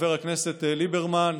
חבר הכנסת ליברמן,